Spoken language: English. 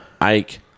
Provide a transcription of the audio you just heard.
Ike